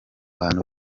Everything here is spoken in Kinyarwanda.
bantu